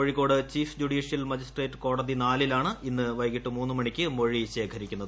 Kozhikode chief judicial magistrate കോടതി നാലിലാണ് ഇന്ന് വൈകിട്ട് മൂന്ന് മണിക്ക് മൊഴി ശേഖരിക്കുന്നത്